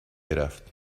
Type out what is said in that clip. رفت